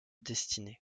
destinée